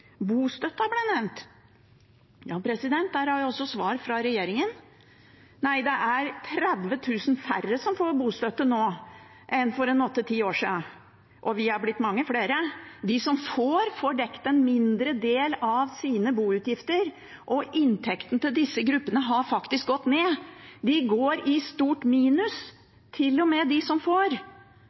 ble nevnt. Ja, der har jeg også svar fra regjeringen – nei, det er 30 000 færre som får bostøtte nå enn for åtte–ti år siden, og vi er blitt mange flere. De som får, får dekt en mindre del av sine boutgifter, og inntekten til disse gruppene har faktisk gått ned. De går i stort minus, til og med de som får.